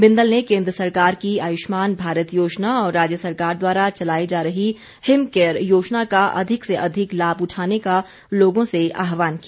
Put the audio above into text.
बिंदल ने केन्द्र सरकार की आयुष्मान भारत योजना और राज्य सरकार द्वारा चलाई जा रही हिम केयर योजना का अधिक से अधिक लाभ उठाने का लोगों से आहवान किया